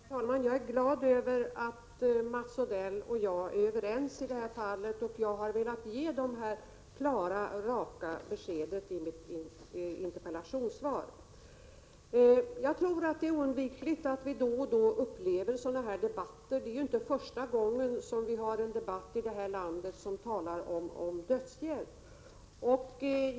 Herr talman! Jag är glad över att Mats Odell och jag är överens i det här fallet. Jag har velat ge dessa klara och raka besked i mitt interpellationssvar. Jag tror det är oundvikligt att vi då och då upplever sådana här debatter. Det är inte första gången som vi har en debatt i det här landet där det talas om dödshjälp.